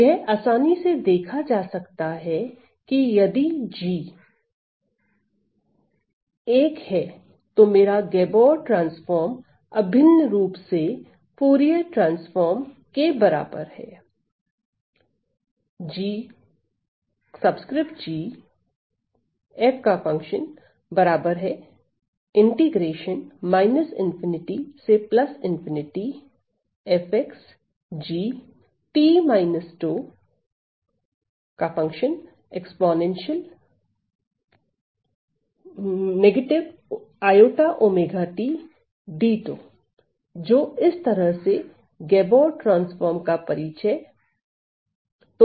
यह आसानी से देखा जा सकता है कि यदि g 1 है तो मेरा गैबोर ट्रांसफार्म अभिन्न रूप से फूरिये ट्रांसफार्म के बराबर है